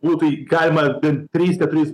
būtų jį galima bent trijais keturiais